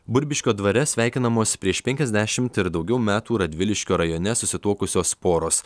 burbiškio dvare sveikinamos prieš penkiasdešimt ir daugiau metų radviliškio rajone susituokusios poros